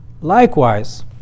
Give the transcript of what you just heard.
Likewise